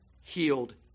healed